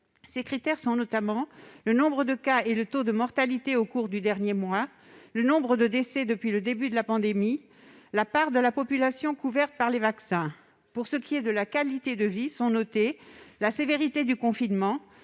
Ces critères sont notamment le nombre de cas et le taux de mortalité au cours du dernier mois, le nombre de décès depuis le début de la pandémie et la part de la population couverte par les vaccins. Pour ce qui est de la qualité de vie, sont notés la sévérité du confinement,